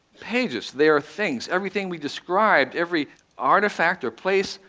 pages, they are things. everything we've described, every artifact or place,